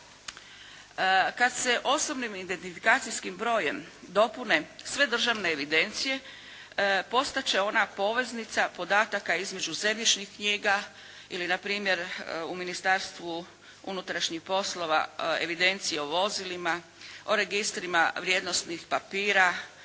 Kad se osobnim identifikacijskim brojem dopune sve državne evidencije postat će ona poveznica podataka između zemljišnih knjiga ili na primjer u Ministarstvu unutrašnjih poslova evidencije o vozilima, o registrima vrijednosnih papira,